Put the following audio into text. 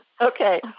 Okay